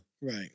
Right